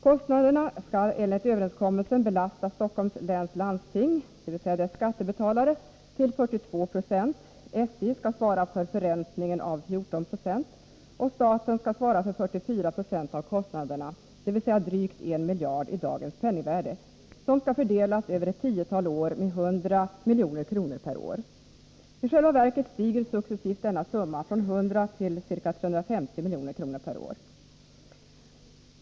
Kostnaderna skall enligt överenskommelsen belasta Stockholms läns landsting, dvs. dess skattebetalare, till 42 96. SJ skall svara för förräntningen av 14 96, och staten skall svara för 44 96 av kostnaderna, dvs. drygt 1 miljard — i dagens penningvärde — som skall fördelas över ett tiotal år med 100 milj.kr. per år. I själva verket stiger successivt denna summa från 100 till ca 350 milj.kr. per år.